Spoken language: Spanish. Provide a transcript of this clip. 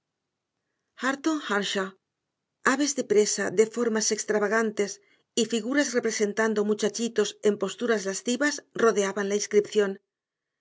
aves de presa de formas extravagantes y figuras representando muchachitos en posturas lascivas rodeaban la inscripción